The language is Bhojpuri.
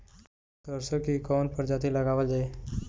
सरसो की कवन प्रजाति लगावल जाई?